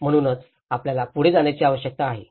म्हणूनच आपल्याला पुढे जाण्याची आवश्यकता आहे